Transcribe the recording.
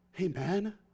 Amen